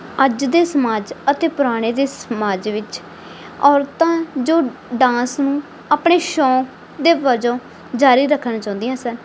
ਅੱਜ ਦੇ ਸਮਾਜ ਅਤੇ ਪੁਰਾਣੇ ਦੇ ਸਮਾਜ ਵਿੱਚ ਔਰਤਾਂ ਜੋ ਡਾਂਸ ਨੂੰ ਆਪਣੇ ਸ਼ੌਂਕ ਦੇ ਵਜੋਂ ਜਾਰੀ ਰੱਖਣਾ ਚਾਹੁੰਦੀ ਆ ਸਾ